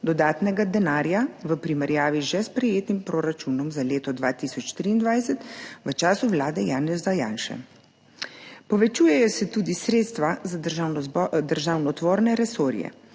dodatnega denarja v primerjavi z že sprejetim proračunom za leto 2023 v času vlade Janeza Janše. Povečujejo se tudi sredstva za državotvorne resorje,